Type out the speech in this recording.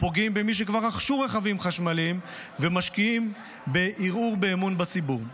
פוגעים במי שכבר רכשו רכבים ומשקיעים בערעור אמון הציבור.